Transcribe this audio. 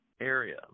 area